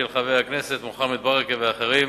של חבר הכנסת מוחמד ברכה ואחרים.